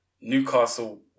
Newcastle